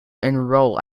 enroll